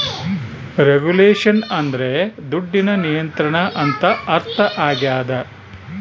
regulation ಅಂದ್ರೆ ದುಡ್ಡಿನ ನಿಯಂತ್ರಣ ಅಂತ ಅರ್ಥ ಆಗ್ಯದ